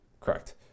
Correct